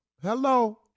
hello